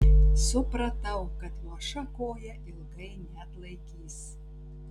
supratau kad luoša koja ilgai neatlaikys